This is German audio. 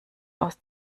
aus